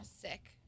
Sick